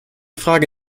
frage